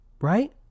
Right